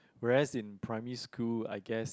rest in primary school I guess